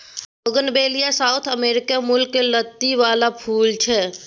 bougainvillea South America मुलक लत्ती बला फुल छै